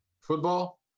Football